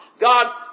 God